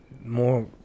more